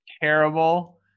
terrible